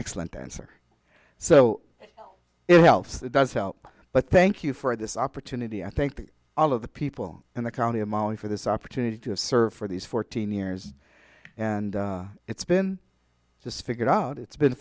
excellent dancer so it helps that does help but thank you for this opportunity i think all of the people in the county of mali for this opportunity to have served for these fourteen years and it's been just figured out it's been